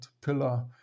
pillar